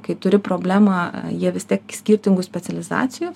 kai turi problemą jie vis tiek skirtingų specializacijų